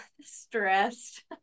stressed